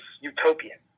utopian